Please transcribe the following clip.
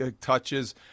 Touches